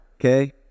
okay